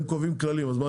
הם קובעים כללים, אז מה?